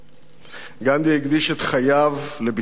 גנדי הקדיש את חייו לביטחון המדינה.